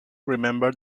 remember